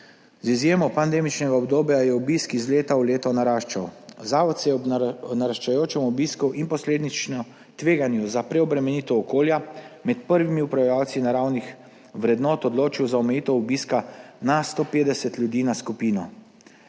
Z izjemo pandemičnega obdobja je obisk iz leta v leto naraščal. Zavod se je ob naraščajočem obisku in posledično tveganju za preobremenitev okolja med prvimi upravljavci naravnih vrednot odločil za omejitev obiska na 150 ljudi na skupino.